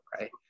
right